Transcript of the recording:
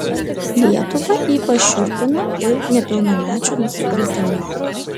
lietuvą ypač šiurpina ir nepilnamečių nusikaltimai